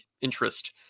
interest